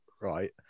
right